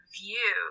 view